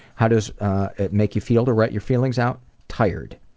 how does it make you feel to write your feelings out tired.